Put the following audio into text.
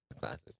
Classic